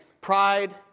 pride